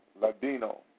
Ladino